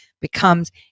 becomes